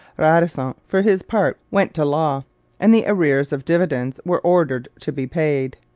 radisson, for his part, went to law and the arrears of dividends were ordered to be paid.